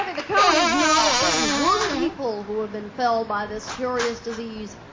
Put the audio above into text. count is now thirty one people who have been felled by this curious disease.